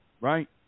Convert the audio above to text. right